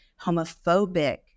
homophobic